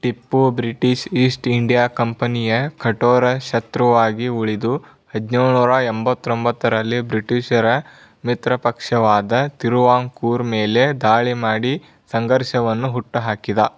Tipu British east India ಕಂಪನಿಯ ಕಠೋರ ಶತ್ರುವಾಗಿ ಉಳಿದು ಹದಿನೇಳು ನೂರ ಎಂಬತ್ತೊಂಬತ್ತರಲ್ಲಿ ಬ್ರಿಟಿಷರ ಮಿತ್ರಪಕ್ಷವಾದ ತಿರುವಾಂಕೂರ್ ಮೇಲೆ ದಾಳಿ ಮಾಡಿ ಸಂಘರ್ಷವನ್ನು ಹುಟ್ಟುಹಾಕಿದ